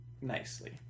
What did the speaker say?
nicely